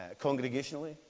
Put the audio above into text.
congregationally